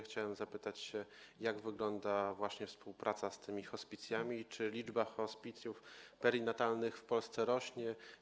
Chciałem zapytać, jak wygląda współpraca z tymi hospicjami i czy liczba hospicjów perinatalnych w Polsce rośnie.